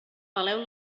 peleu